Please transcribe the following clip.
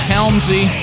Helmsy